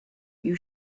you